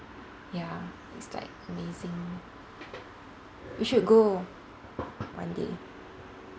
ya it's like amazing you should go one day